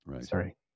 Sorry